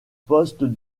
poste